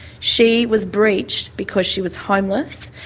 she was breached because she was homeless,